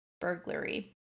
Burglary